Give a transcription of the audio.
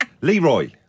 Leroy